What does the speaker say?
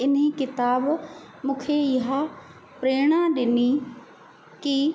इन किताब मूंखे इहा प्रेरणा ॾिनी की